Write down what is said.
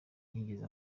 ntigeze